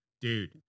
Dude